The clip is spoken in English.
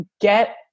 get